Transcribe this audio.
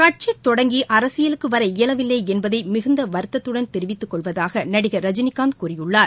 கட்சித் தொடங்கி அரசியலுக்கு வர இயலவில்லை என்பதை மிகுந்த வருத்தத்துடன் தெரிவித்துக் கொள்வதாக நடிகள் ரஜினினாந்த் கூறியுள்ளார்